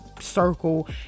circle